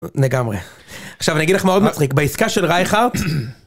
לגמרי, עכשיו אני אגיד לך מה עוד מצחיק, בעסקה של רייכרט.